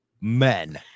Men